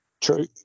true